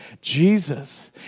Jesus